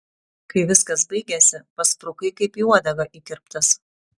kai viskas baigėsi pasprukai kaip į uodegą įkirptas